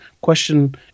question